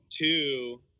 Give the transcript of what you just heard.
Two